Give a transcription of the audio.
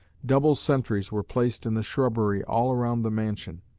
double sentries were placed in the shrubbery all around the mansion,